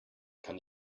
kann